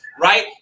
right